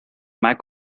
mac